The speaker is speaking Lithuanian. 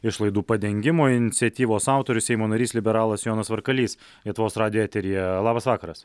išlaidų padengimo iniciatyvos autorius seimo narys liberalas jonas varkalys lietuvos radijo eteryje labas vakaras